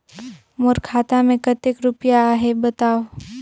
मोर खाता मे कतेक रुपिया आहे बताव?